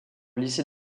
lycée